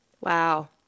Wow